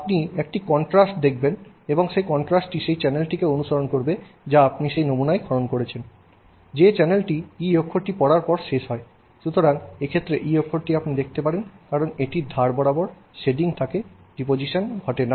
আপনি একটি কনট্রাস্ট দেখবেন এবং সেই কনট্রাস্টটি সেই চ্যানেলটি অনুসরণ করবে যা আপনি সেই নমুনায় খনন করেছেন যে চ্যানেলটি E অক্ষরটি পড়ার পর শেষ হয় সুতরাং এক্ষেত্রে E অক্ষরটি আপনি দেখতে পারেন কারণ এটির ধার বরাবর শেডিং থাকে ডিপোজিশন ঘটে না